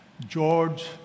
George